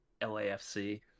LAFC